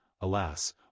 alas